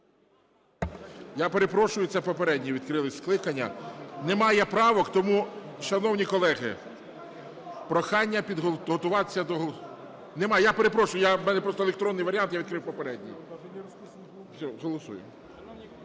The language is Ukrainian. Я перепрошую, це попередні відкрились скликання. Немає правок, тому… Шановні колеги, прохання підготуватися до… (Шум у залі) Нема! Я перепрошую! В мене просто електронний варіант, я відкрив попередній. ГОЛОВУЮЧИЙ.